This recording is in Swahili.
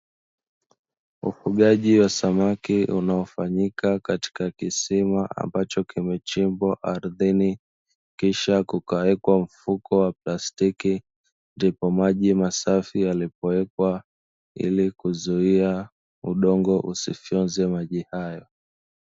Ufugaji wa samaki unaofanyika katika kisima ambacho kimechimbwa ardhini kisha kukawekwa mfuko wa plastiki, ndipo maji masafi yanapowekwa ili kuzuia udongo usifyonze maji hayo.